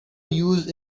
use